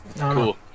Cool